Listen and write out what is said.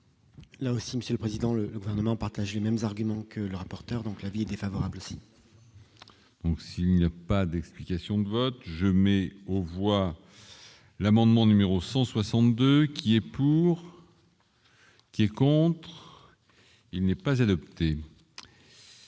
Là aussi, Monsieur le Président, le gouvernement partage les mêmes arguments que le rapporteur donc l'avis défavorable. Donc s'il n'y a pas d'explication de vote je mais on voit l'amendement numéro 162 qui est pour. Qui est contre, il n'est pas adapté.